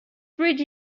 bridge